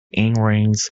earrings